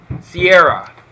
Sierra